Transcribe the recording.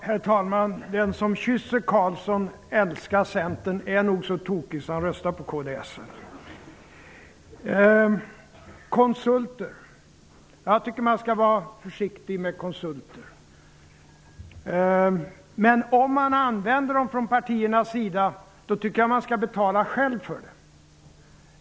Herr talman! Den som kysser Carlsson och älskar Centern är nog så tokig att han röstar på kds. Jag tycker att man skall vara försiktig i frågan om konsulter. Men om partierna använder dem skall de själva betala för dem.